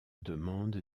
demande